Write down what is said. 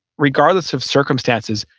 regardless of circumstances,